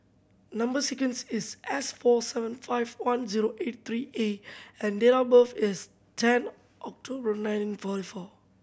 number sequence is S four seven five one zero eight three A and date of birth is ten October nineteen forty four